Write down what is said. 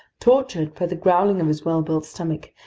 tortured by the growling of his well-built stomach,